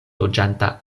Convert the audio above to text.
loĝanta